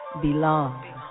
belong